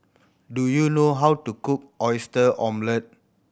do you know how to cook Oyster Omelette